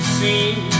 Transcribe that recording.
seen